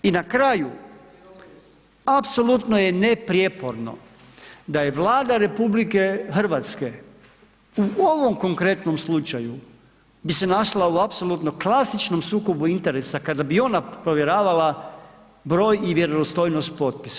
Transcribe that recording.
I na kraju apsolutno je neprijeporno da je Vlada RH u ovom konkretnom slučaju bi se našla u apsolutno klasičnom sukobu interesa kada bi ona provjeravala broj i vjerodostojnost potpisa.